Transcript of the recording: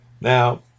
Now